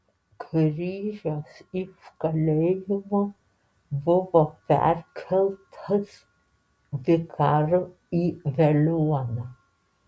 grįžęs iš kalėjimo buvo perkeltas vikaru į veliuoną